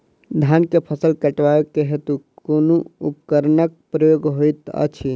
धान केँ फसल कटवा केँ हेतु कुन उपकरणक प्रयोग होइत अछि?